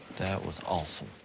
that was awesome.